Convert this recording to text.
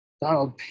Donald